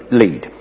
lead